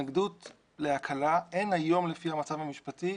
התנגדות להקלה, אין היום לפי המצב המשפטי.